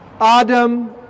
Adam